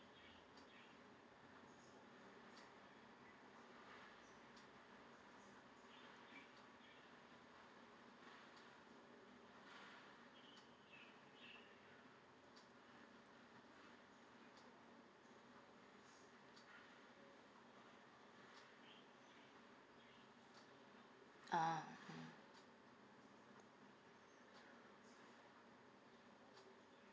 ah hmm